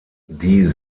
die